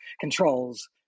controls